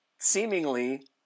Seemingly